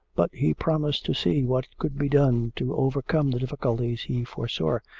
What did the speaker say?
but he promised to see what could be done to overcome the difficulties he foresaw,